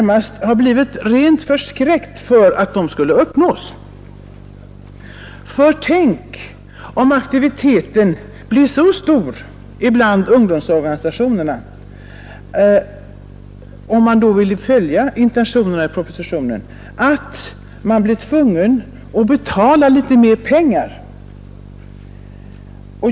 Man är helt enkelt rädd för att syftet skulle uppnås — tänk om aktiviteten blir så stor som man avsett, så att man blir tvungen att betala ut litet mera pengar!